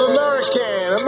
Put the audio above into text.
American